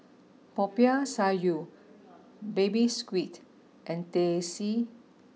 Popiah Sayur Baby Squid and Teh C